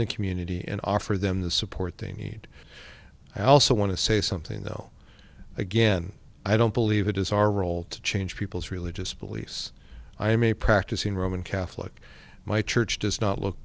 the community and offer them the support they need i also want to say something though again i don't believe it is our role to change people's religious beliefs i am a practicing roman catholic my church does not look